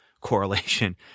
correlation